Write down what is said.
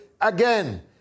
again